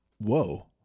Whoa